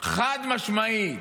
חד משמעי.